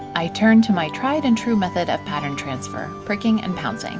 i turned to my tried and true method of pattern transfer prick and pounce.